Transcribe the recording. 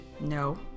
No